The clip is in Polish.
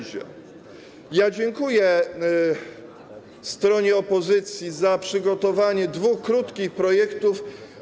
Dziękuję stronie opozycji za przygotowanie dwóch krótkich projektów.